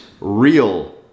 real